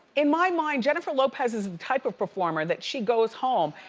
in my mind, jennifer lopez is the type of performer that she goes home,